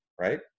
right